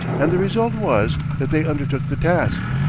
and the result was that they undertook the task.